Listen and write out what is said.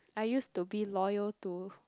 I used to be loyal to